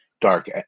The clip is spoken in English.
dark